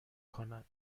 کند